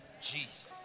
Jesus